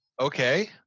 okay